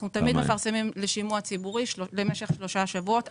אנחנו תמיד מפרסמים לשימוע ציבורי במשך שלושה שבועות.